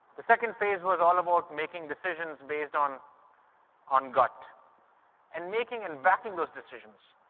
the second phase was all about making decisions based on on gut and making and backing those decisions.